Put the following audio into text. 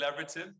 collaborative